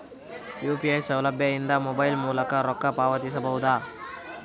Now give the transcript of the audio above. UPI ಸೌಲಭ್ಯ ಇಂದ mobile ಮೂಲಕ ರೊಕ್ಕ ಪಾವತಿಸ ಬಹುದಾ?